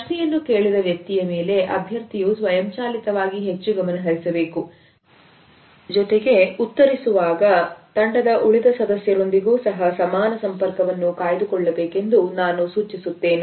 ಪ್ರಶ್ನೆಯನ್ನು ಕೇಳಿದ ವ್ಯಕ್ತಿಯ ಮೇಲೆ ಅಭ್ಯರ್ಥಿಯು ಸ್ವಯಂಚಾಲಿತವಾಗಿ ಹೆಚ್ಚು ಗಮನಹರಿಸಬೇಕು ಜೊತೆಗೆ ಉತ್ತರಿಸುವಾಗ ತಂಡದ ಉಳಿದ ಸದಸ್ಯರು ಇಂದಿಗೂ ಸಹ ಸಮಾನ ಸಂಪರ್ಕವನ್ನು ಕಾಯ್ದುಕೊಳ್ಳಬೇಕು ಎಂದು ನಾನು ಸೂಚಿಸುತ್ತೇನೆ